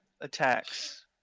attacks